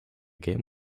game